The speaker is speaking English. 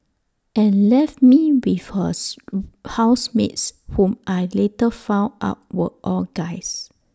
and left me with hers housemates whom I later found out were all guys